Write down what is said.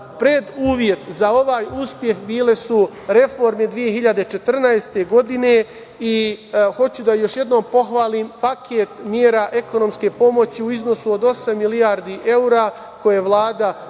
Preduslov za ovaj uspeh bile su reforme 2014. godine. Hoću da još jednom pohvalim paket mera ekonomske pomoći u iznosu od osam milijardi evra koje je Vlada dala